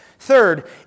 Third